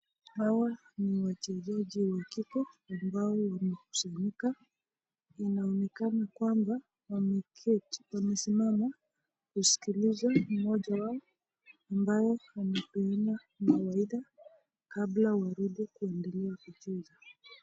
Hawa ni wachezaji wa kike ambao wamekusanyika, inaonekana kwamba wamesimama kuskiliza mmoja wao ambaye anapeana mawaidha kabla kurudi kuendelea kucheza.